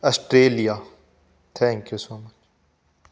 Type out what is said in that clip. Australia thank you so much